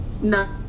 no